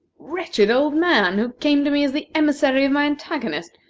wretched old man, who came to me as the emissary of my antagonist,